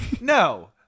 No